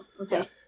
okay